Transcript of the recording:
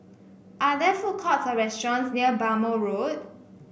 are there food courts or restaurants near Bhamo Road